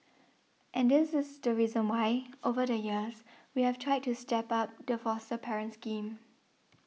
and this is the reason why over the years we have tried to step up the foster parent scheme